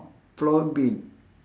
pulau ubin